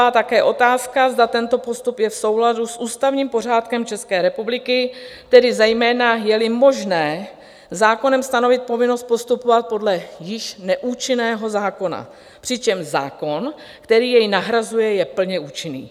Vyvstává také otázka, zda tento postup je v souladu s ústavním pořádkem České republiky, tedy zejména jeli možné zákonem stanovit povinnost postupovat podle již neúčinného zákona, přičemž zákon, který jej nahrazuje, je plně účinný.